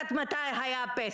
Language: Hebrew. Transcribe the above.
נכון.